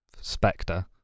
Spectre